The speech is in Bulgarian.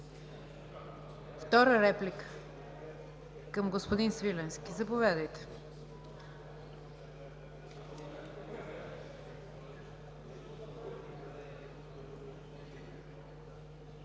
Втора реплика към господин Свиленски – заповядайте,